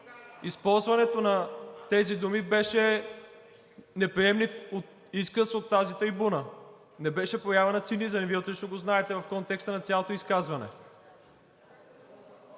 Използването на тези думи беше неприемлив изказ от тази трибуна – не беше проява на цинизъм, и Вие отлично го знаете в контекста на цялото изказване.